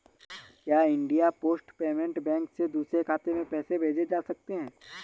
क्या India post payment bank से दूसरे खाते में पैसे भेजे जा सकते हैं?